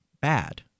bad